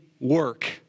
work